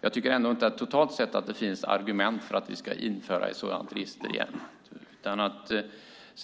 jag tycker inte att det totalt sett finns argument för att införa ett sådant register igen.